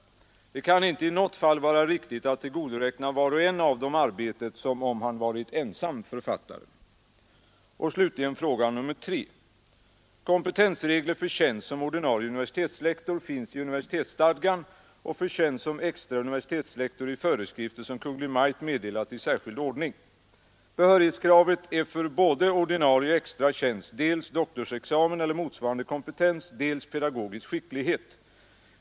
Det kan inte i något fall vara riktigt att tillgodoräkna var och en av dem arbetet som om han varit ensam författare. Kompetensregler för tjänst som ordinarie universitetslektor finns i universitetsstadgan och för tjänst som extra universitetslektor i föreskrifter som Kungl. Maj:t meddelat i särskild ordning. Behörighetskravet är för både ordinarie och extra tjänst dels doktorsexamen eller motsvarande kompetens dels pedagogisk skicklighet.